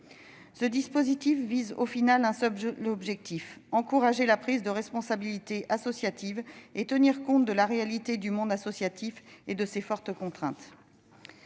Ce dispositif vise, finalement, un seul objectif : encourager la prise de responsabilité associative et tenir compte de la réalité du monde associatif et de ses fortes contraintes.